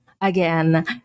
again